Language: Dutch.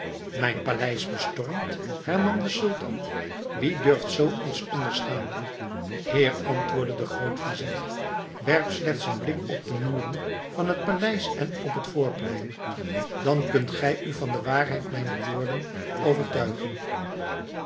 mijn paleis bestormd hernam de sultan wie durft zoo iets onderstaan heer antwoordde de grootvizier werp slechts een blik op de muren van het paleis en op het voorplein dan kunt gij u van de waarheid mijner woorden overtuigen